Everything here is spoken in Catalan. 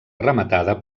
rematada